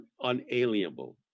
unalienable